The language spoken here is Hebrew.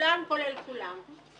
כולם כולל כולם.